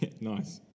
Nice